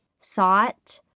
thought